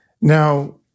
Now